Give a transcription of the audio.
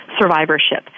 survivorship